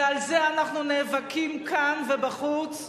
ועל זה אנחנו נאבקים כאן ובחוץ,